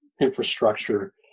infrastructure